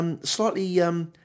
slightly